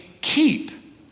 keep